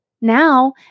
Now